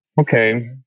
Okay